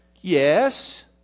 Yes